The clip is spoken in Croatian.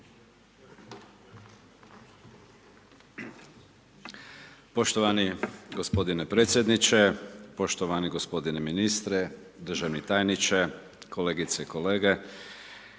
Poštovani gospodine predsjedniče, poštovani gospodine ministre, državni tajniče, kolegice i kolege.